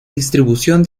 distribución